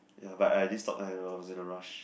ya but I didn't stop I was in a rush